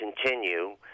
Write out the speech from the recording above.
continue